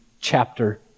chapter